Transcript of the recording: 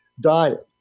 diet